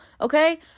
okay